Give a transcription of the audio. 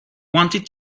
wanted